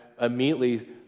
immediately